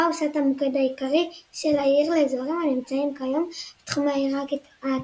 בה הוסט המוקד העיקרי של העיר לאזורים הנמצאים כיום בתחומי העיר העתיקה.